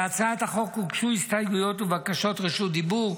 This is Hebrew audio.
להצעת החוק הוגשו הסתייגויות ובקשות רשות דיבור.